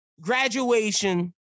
graduation